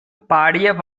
பாடிய